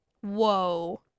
Whoa